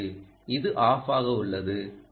4 இது ஆஃப் ஆக உள்ளது